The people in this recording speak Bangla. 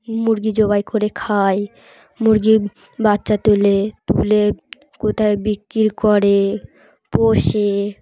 মুরগি জবাই করে খাই মুরগি বাচ্চা তুলে তুলে কোথায় বিক্রি করে পোষে